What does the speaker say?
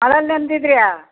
ಮಳೆಲ್ ನೆಂದಿದ್ರಾ